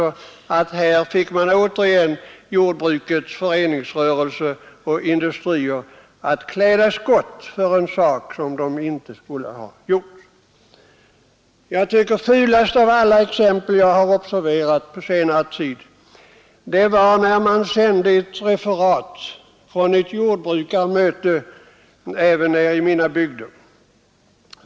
Här fick alltså återigen jordbrukets föreningsrörelse och industrier klä skott på ett sätt som de inte bort göra. Fulast av alla exempel som jag har observerat på senare tid tycker jag var när man sände ett referat från ett jordbrukarmöte i mina bygder.